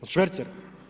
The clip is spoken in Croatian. Od švercera?